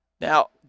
Now